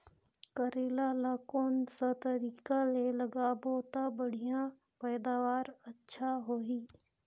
करेला ला कोन सा तरीका ले लगाबो ता बढ़िया पैदावार अच्छा होही?